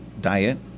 diet